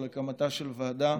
את הקמתה של ועדה